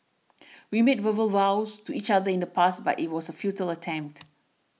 we made verbal vows to each other in the past but it was a futile attempt